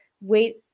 Wait